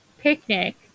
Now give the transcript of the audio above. picnic